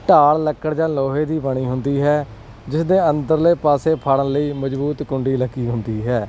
ਢਾਲ ਲੱਕੜ ਜਾਂ ਲੋਹੇ ਦੀ ਬਣੀ ਹੁੰਦੀ ਹੈ ਜਿਸ ਦੇ ਅੰਦਰਲੇ ਪਾਸੇ ਫੜਨ ਲਈ ਮਜ਼ਬੂਤ ਕੁੰਡੀ ਲੱਗੀ ਹੁੰਦੀ ਹੈ